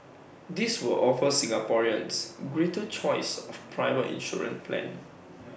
this will offer Singaporeans greater choice of private insurance plans